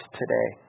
today